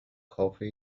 کافه